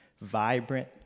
vibrant